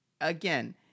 again